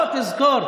לא, תזכור: